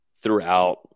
throughout